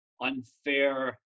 unfair